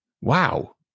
Wow